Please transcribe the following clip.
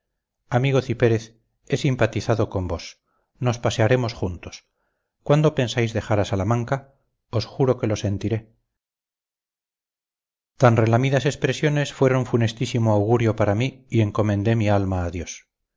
díjome amigo cipérez he simpatizado con vos nos pasearemos juntos cuándo pensáis dejar a salamanca os juro que lo sentiré tan relamidas expresiones fueron funestísimo augurio para mí y encomendé mi alma